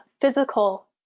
physical